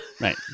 Right